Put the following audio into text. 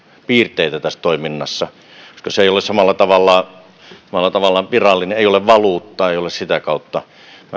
piirteitä koska se ei ole samalla tavalla samalla tavalla virallinen ei ole valuutta ei ole sitä kautta